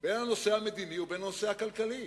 בין הנושא המדיני לבין הנושא הכלכלי.